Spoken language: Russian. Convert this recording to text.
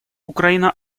украина